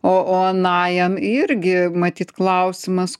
o o anajam irgi matyt klausimas